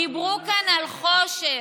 דיברו כאן על חושך.